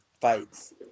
fights